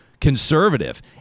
conservative